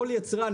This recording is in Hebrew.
כל יצרן,